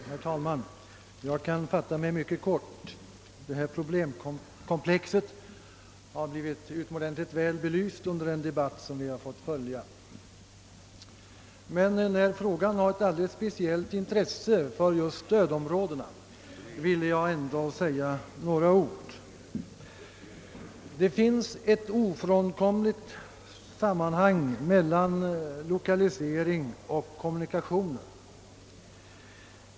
Herr talman! Jag kan fatta mig mycket kort, eftersom detta problemkomplex har blivit utomordentligt väl belyst under den debatt vi här har fått följa. Men då frågan har alldeles speciellt intresse för stödområdena vill jag ändå säga några ord. Det finns ett ofrånkomligt sammanhang mellan lokalisering och kommunikationer.